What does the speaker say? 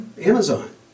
Amazon